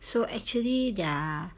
so actually they are